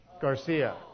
Garcia